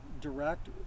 direct